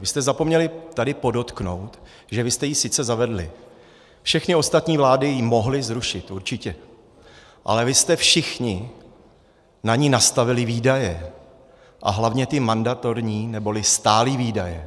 Vy jste zapomněli tady podotknout, že vy jste ji sice zavedli, všechny ostatní vlády ji mohly zrušit, určitě, ale vy jste všichni na ni nastavili výdaje, a hlavně ty mandatorní neboli stálé výdaje.